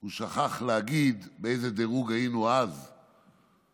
הוא שכח להגיד באיזה דירוג היינו אז בתמותה.